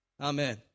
Amen